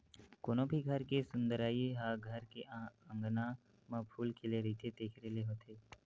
कोनो भी घर के सुंदरई ह घर के अँगना म फूल खिले रहिथे तेखरे ले होथे